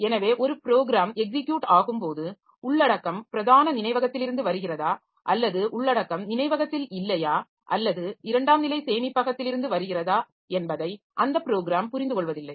எனவே ஒரு program execute ஆகும்போது உள்ளடக்கம் பிரதான நினைவகத்திலிருந்து வருகிறதா அல்லது உள்ளடக்கம் நினைவகத்தில் இல்லையா அல்லது இரண்டாம் நிலை சேமிப்பகத்திலிருந்து வருகிறதா என்பதை அந்த ப்ரோக்ராம் புரிந்துகொள்வதில்லை